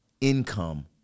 income